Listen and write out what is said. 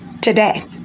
today